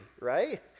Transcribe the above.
right